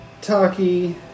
Taki